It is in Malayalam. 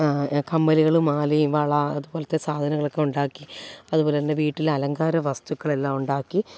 കമ്മലുകളും മാലയും വള അതുപോലത്തെ സാധനങ്ങളൊക്കെ ഉണ്ടാക്കി അതുപോലെ തന്നെ വീട്ടിൽ അലങ്കാര വസ്തുക്കളെല്ലാം ഉണ്ടാക്കി